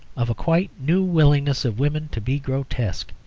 of a quite new willingness of women to be grotesque.